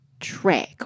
track